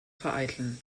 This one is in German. vereiteln